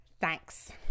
Thanks